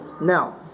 Now